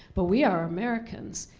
but we are americans,